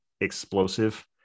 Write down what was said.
explosive